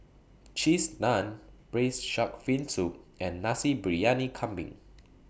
Cheese Naan Braised Shark Fin Soup and Nasi Briyani Kambing